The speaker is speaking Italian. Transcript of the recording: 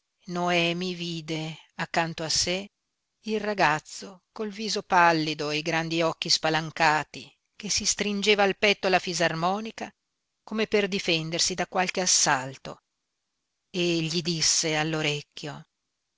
noemi vide accanto a sé il ragazzo col viso pallido e i grandi occhi spalancati che si stringeva al petto la fisarmonica come per difendersi da qualche assalto e gli disse